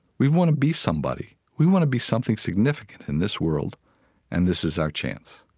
we want to be somebody. we want to be something significant in this world and this is our chance